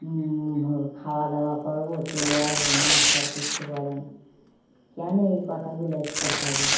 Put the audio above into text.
খাওয়া দাওয়া করবো চলে আসবো মাস্টার কিচ্ছু বলে না কেন এই কথাগুলো আজকে হবে